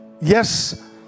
yes